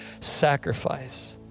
sacrifice